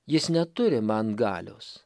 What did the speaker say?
jis neturi man galios